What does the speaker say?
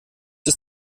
ist